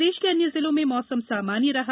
प्रदेश के अन्य जिलों में मौसम सामान्य रहा